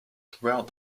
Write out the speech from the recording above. throughout